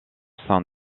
sein